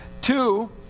Two